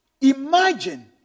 Imagine